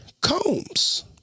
Combs